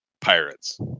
pirates